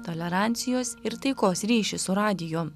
tolerancijos ir taikos ryšį su radiju